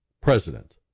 president